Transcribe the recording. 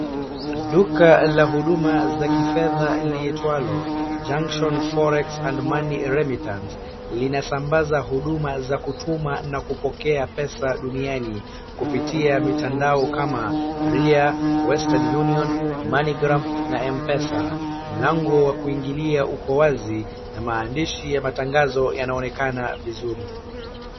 Duka la huduma la kifedhaa liitwalo junction forex and money eremintus linasambaza huduma la kutuma na kupokea pesa duniani kupitia mitandao kama ria ,western union na mpesa , mlango wa kuingilia uko wazi na maandishi ya matangazo yanaonekana vizuri.